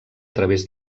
través